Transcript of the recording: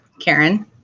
Karen